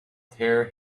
tear